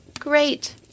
Great